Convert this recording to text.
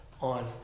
on